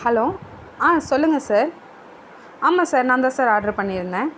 hello ஆ சொல்லுங்க sir ஆமாம் சார் நான் தான் சார் ஆர்ட்ரு பண்ணியிருந்தேன்